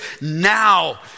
now